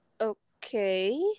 Okay